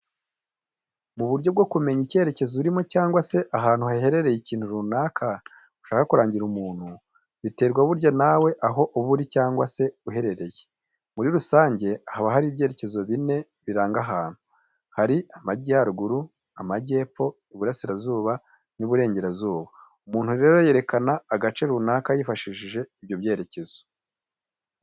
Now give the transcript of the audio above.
Mu buryo bwo kumenya icyerekezo urimo cyangwa se ahantu haherereye ikintu runaka ushaka kurangira muntu, biterwa burya nawe aho uba uri cyangwa se uherereye. Muri rusange habaho ibyerekezo bine biranga ahantu. Hari Amajyaruguru, Amajyepfo, Iburasirazuba n'Iburengerazuba. Umuntu rero yerekana agace runaka yifashishije ibyo byerekezo.